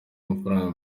amafaranga